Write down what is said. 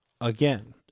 again